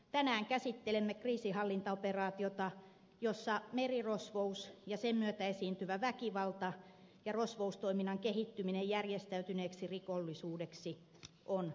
tänään käsittelemme kriisinhallintaoperaatiota jossa merirosvous ja sen myötä esiintyvä väkivalta ja rosvoustoiminnan kehittyminen järjestäytyneeksi rikollisuudeksi on keskiössä